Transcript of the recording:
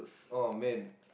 oh man